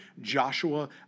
Joshua